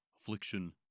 Affliction